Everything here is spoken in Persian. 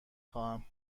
خواهم